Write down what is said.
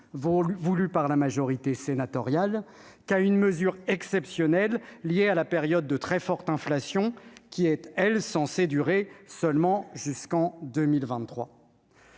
voulue par la majorité sénatoriale que d'une mesure exceptionnelle, liée à la période de très forte inflation et censée durer seulement jusqu'en 2023.